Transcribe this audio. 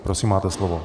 Prosím, máte slovo.